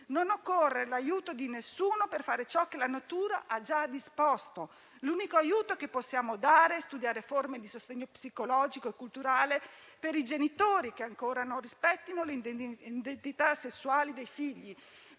non occorre l'aiuto di nessuno per fare ciò che la natura ha già disposto. L'unico aiuto che possiamo dare è studiare forme di sostegno psicologico e culturale per i genitori che ancora non rispettino le identità sessuali dei figli,